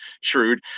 shrewd